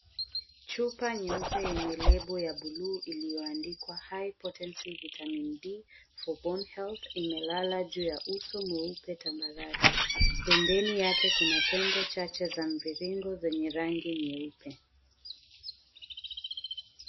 Chupa nyeupe yenye lebo ya buluu iliyoandikwa "High potency VITAMIN D for bone health" imelala juu ya uso mweupe tambarare, pembeni yake kuna tembe chache za mviringo zenye rangi nyeupe.